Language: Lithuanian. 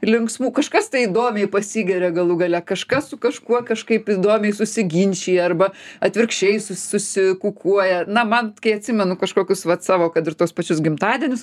linksmų kažkas tai įdomiai pasigeria galų gale kažkas su kažkuo kažkaip įdomiai susiginčija arba atvirkščiai susikukuoja na man kai atsimenu kažkokius vat savo kad ir tuos pačius gimtadienius